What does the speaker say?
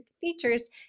features